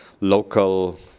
local